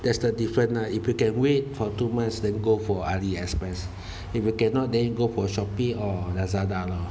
there's the different lah if you can wait for two months than go for AliExpress if you cannot then you go for Shopee or Lazada lor